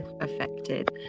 affected